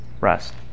rest